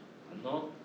!hannor!